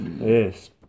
Yes